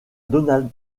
donald